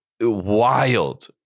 wild